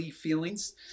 feelings